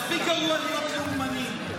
מספיק גרוע להיות לאומנים,